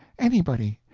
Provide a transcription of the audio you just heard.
anybody!